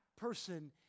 person